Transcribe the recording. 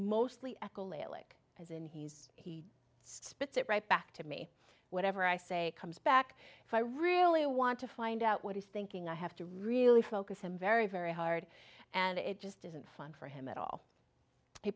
echolalic as in he's he spits it right back to me whatever i say comes back if i really want to find out what he's thinking i have to really focus him very very hard and it just isn't fun for him a